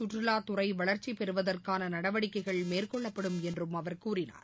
கற்றுவாத்துறை வளர்ச்சி பெறுவதற்கான நடவடிக்கைகள் மேற்கொள்ளப்படும் என்றும் அவர் கூறினார்